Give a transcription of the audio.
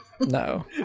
no